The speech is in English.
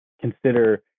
consider